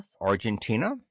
Argentina